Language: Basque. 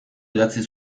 idatzi